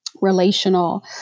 relational